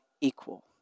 equal